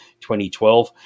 2012